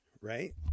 right